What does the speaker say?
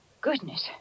Goodness